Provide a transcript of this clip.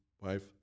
wife